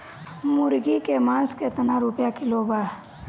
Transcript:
मुर्गी के मांस केतना रुपया किलो बा?